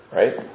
right